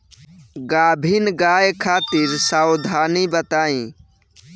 गाभिन गाय खातिर सावधानी बताई?